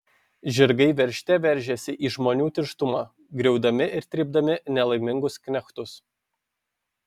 žirgai veržte veržėsi į žmonių tirštumą griaudami ir trypdami nelaimingus knechtus